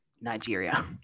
Nigeria